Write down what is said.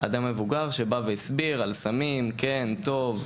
אדם מבוגר שבא והסביר על סמים: טוב,